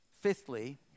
fifthly